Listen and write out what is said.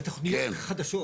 בתוכניות חדשות.